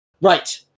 right